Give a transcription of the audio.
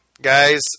Guys